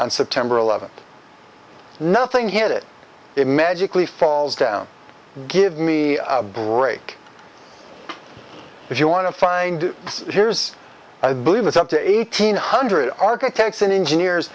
on september eleventh nothing hit it it magically falls down give me a break if you want to find here's i believe it's up to eighteen hundred architects and engineers